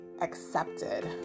accepted